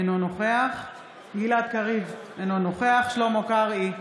אינו נוכח גלעד קריב, אינו נוכח שלמה קרעי,